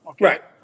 Right